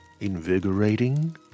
invigorating